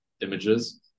images